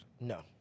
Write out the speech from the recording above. No